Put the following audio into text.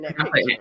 Okay